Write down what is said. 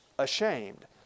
ashamed